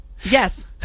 Yes